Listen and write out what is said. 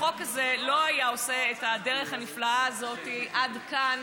החוק הזה לא היה עושה את הדרך הנפלאה הזאת עד כאן,